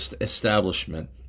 establishment